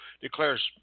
declares